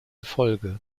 folge